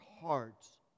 hearts